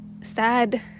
sad